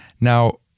Now